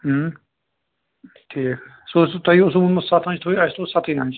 ٹھیٖک سُہ اوسوٕ تُہی اوسوٕ ووٚنمُت سَتھ آنٛچہِ تھٲوِو اَسہِ تھوٚو سَتھٕے آنٛچہِ